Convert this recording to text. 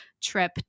trip